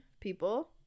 people